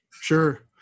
Sure